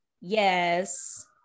yes